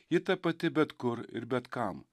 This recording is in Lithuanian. ji ta pati bet kur ir bet kam